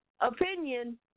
opinion